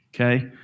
Okay